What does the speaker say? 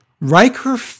Riker